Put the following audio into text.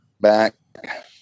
back